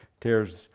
tears